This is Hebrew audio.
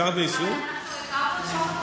אבל אנחנו העברנו את חוק הפונדקאות,